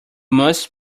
must